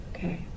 Okay